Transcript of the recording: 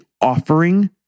offering